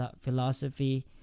philosophy